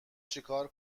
چیکار